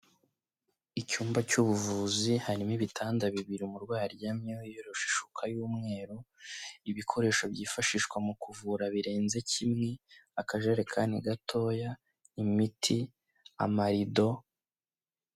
Icyumba cy'ubuvuzi harimo ibitanda bibiri umurwayi aryamyeho wiyoroshe ishuka y'umweru, ibikoresho byifashishwa mu kuvura birenze kimwe, akajerekani gatoya, imiti, amarido.